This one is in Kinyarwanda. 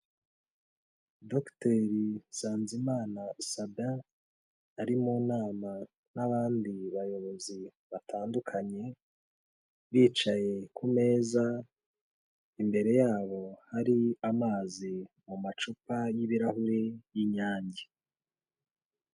Dogiteri Nsanzimana Sabe ari mu nama n'abandi bayobozi batandukanye bicaye ku meza, imbere yabo hari amazi mu macupa y'ibirahuri y'inyange.